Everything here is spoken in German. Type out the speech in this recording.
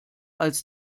als